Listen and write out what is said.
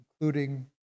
including